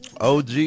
OG